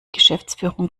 geschäftsführung